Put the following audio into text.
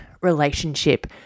relationship